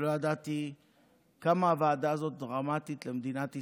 ולא ידעתי כמה הוועדה הזאת דרמטית למדינת ישראל.